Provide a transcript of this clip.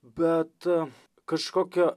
bet kažkokio